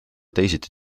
teisiti